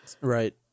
Right